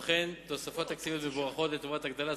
וגם תוספות תקציביות מבורכות לטובת הגדלת